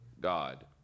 God